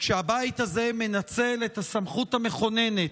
וכשהבית הזה מנצל את הסמכות המכוננת,